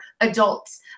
adults